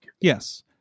Yes